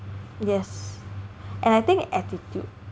yes and I think attitude